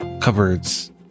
cupboards